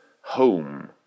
home